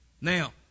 Now